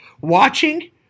watching